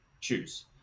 choose